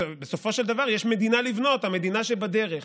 בסופו של דבר יש מדינה לבנות, המדינה שבדרך.